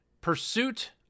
pursuit